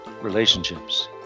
relationships